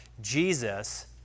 Jesus